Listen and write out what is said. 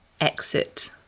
exit